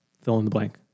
fill-in-the-blank